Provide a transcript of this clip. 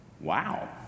Wow